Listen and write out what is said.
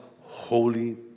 holy